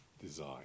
design